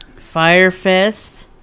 Firefest